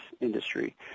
industry